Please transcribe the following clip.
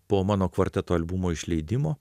po mano kvarteto albumo išleidimo